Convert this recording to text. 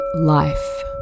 life